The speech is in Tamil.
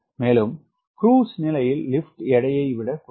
மேலும் க்ரூஸ் நிலையில் லிப்ட் எடையை விட குறைவு